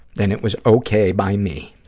then it was okay by me.